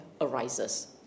arises